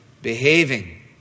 behaving